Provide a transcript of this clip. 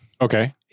Okay